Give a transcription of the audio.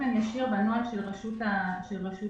באופן ישיר בנוהל של רשות המיסים